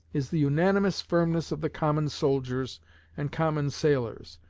is the unanimous firmness of the common soldiers and common sailors.